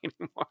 anymore